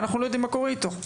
ואנחנו לא יודעים מה קורה איתו.